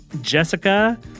Jessica